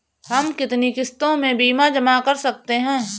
हम कितनी किश्तों में बीमा जमा कर सकते हैं?